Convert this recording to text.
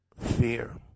fear